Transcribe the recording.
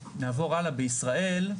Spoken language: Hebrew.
בישראל,